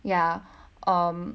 ya um